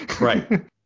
right